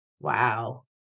Wow